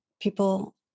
people